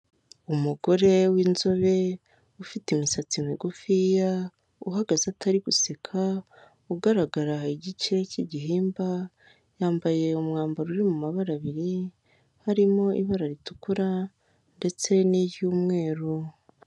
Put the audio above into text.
Umugore w'inzobe ufite imisatsi migufiya, uhagaze atari guseka ugaragara igice cy'igihimba, yambaye umwambaro uri mu mabara abiri, harimo ibara ritukura ndetse n'iry'umweru.